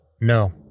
no